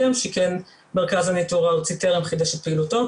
שכן מרכז הניטור הארצי טרם חידש את פעילתו.